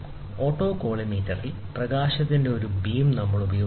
ഓട്ടോകോളിമേറ്ററിൽ പ്രകാശത്തിന്റെ ഒരു ബീം നമ്മൾ ഉപയോഗിക്കുന്നു